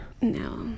No